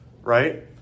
right